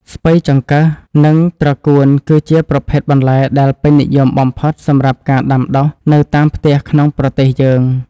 ស្ពៃចង្កឹះ និងត្រកួនគឺជាប្រភេទបន្លែដែលពេញនិយមបំផុតសម្រាប់ការដាំដុះនៅតាមផ្ទះក្នុងប្រទេសយើង។